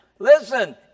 Listen